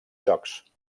jocs